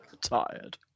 tired